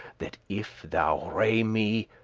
that if thou wraye me,